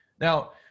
Now